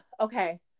okay